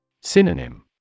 Synonym